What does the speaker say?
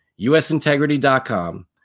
usintegrity.com